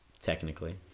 technically